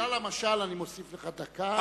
בגלל המשל אני מוסיף לך דקה.